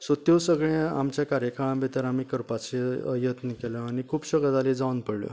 so तें सगळें आमच्या कार्यकाळां भितर करपाचें आमी यत्न केलो आनी खुबश्यो गजाली जावन पडल्यो